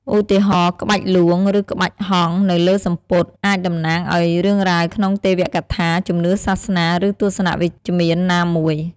ឧទាហរណ៍ ក្បាច់លួង ឬក្បាច់ហង្សនៅលើសំពត់ អាចតំណាងឱ្យរឿងរ៉ាវក្នុងទេវកថា ជំនឿសាសនា ឬទស្សនៈវិជ្ជមានណាមួយ ។